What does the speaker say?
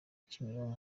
kimironko